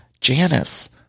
Janice